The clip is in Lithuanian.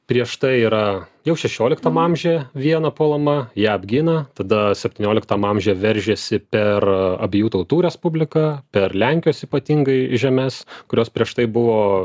prieš tai yra jau šešioliktam amžiuje viena puolama ją apgina tada septynioliktam amžiuj veržėsi per abiejų tautų respubliką per lenkijos ypatingai žemes kurios prieš tai buvo